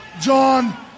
John